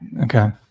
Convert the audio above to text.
okay